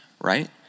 right